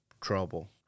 trouble